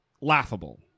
laughable